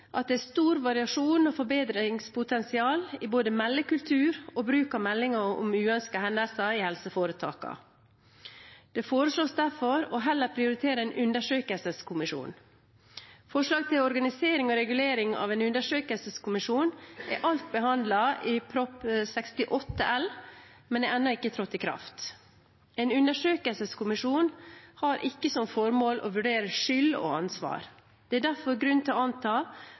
at det er stor variasjon og forbedringspotensial i både meldekultur og bruk av meldinger om uønskede hendelser i helseforetakene. Det foreslås derfor heller å prioritere en undersøkelseskommisjon. Forslag til organisering og regulering av en undersøkelseskommisjon er alt behandlet i Prop. 68 L, men er ennå ikke trådt i kraft. En undersøkelseskommisjon har ikke som formål å vurdere skyld og ansvar. Det er derfor grunn til å anta